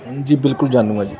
ਜੀ ਬਿਲਕੁਲ ਜਾਣੂ ਹਾਂ ਜੀ